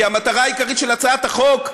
כי המטרה העיקרית של הצעת החוק,